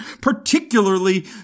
particularly